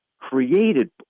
created